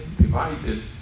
divided